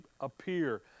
appear